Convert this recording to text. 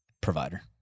provider